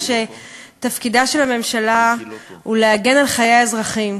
שתפקידה של הממשלה הוא להגן על חיי האזרחים,